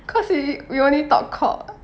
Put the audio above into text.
cause we we only talk cock